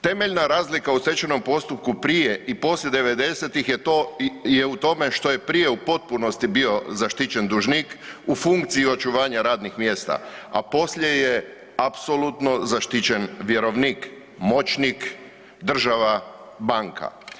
Temeljna razlika u stečajnom postupku prije i poslije 90-ih je u tome što je prije u potpunosti zaštićen dužnik u funkciji očuvanja radnih mjesta a poslije je apsolutno zaštićen vjerovnik, moćnik, država, banka.